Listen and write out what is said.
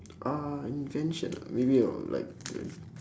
ah invention ah maybe I would like to um